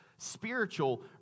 spiritual